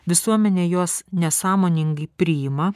visuomenė juos nesąmoningai priima